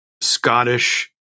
Scottish